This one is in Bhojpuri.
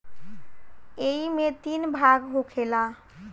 ऐइमे तीन भाग होखेला